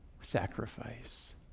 sacrifice